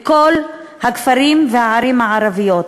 בכל הכפרים והערים הערביים.